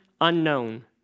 unknown